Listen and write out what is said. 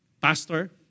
Pastor